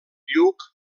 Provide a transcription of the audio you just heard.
lluc